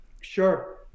sure